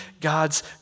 God's